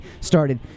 started